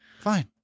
Fine